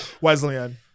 Wesleyan